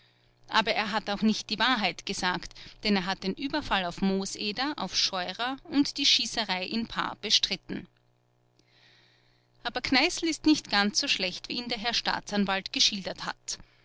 aber er hat auch nicht die wahrheit gesagt denn er hat den überfall auf mooseder auf scheurer und die schießerei in paar bestritten aber kneißl ist nicht ganz so schlecht wie ihn der herr staatsanwalt geschildert hat